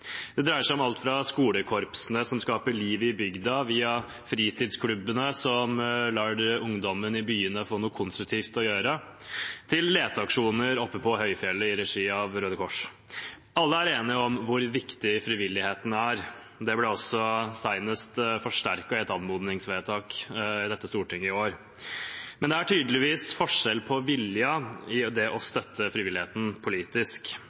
Det dreier seg om alt fra skolekorpsene som skaper liv i bygda, via fritidsklubbene som lar ungdommen i byene få noe konstruktivt å gjøre, til leteaksjoner oppe på høyfjellet i regi av Røde Kors. Alle er enige om hvor viktig frivilligheten er, og det ble også forsterket senest i år i et anmodningsvedtak i dette stortinget. Men det er tydeligvis forskjell på viljen når det gjelder å støtte frivilligheten politisk. I